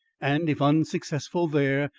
and, if unsuccessful there,